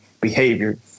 behavior